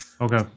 Okay